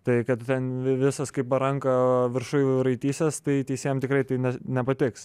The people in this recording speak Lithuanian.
tai kad tu ten visas kaip baranka viršuj raitysies tai teisėjam tikrai tai nepatiks